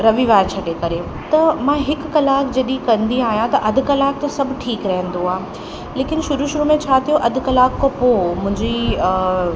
रविवार छॾे करे त मां हिकु कलाक जॾहिं कंदी आहियां त अधु कलाक त सभु ठीकु रहंदो आहे लेकिनि शुरू शुरू में छा थियो अधु कलाक खां पोइ मुंहिंजी